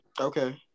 Okay